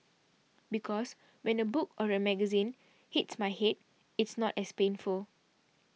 because when a book or a magazine hits my head it's not as painful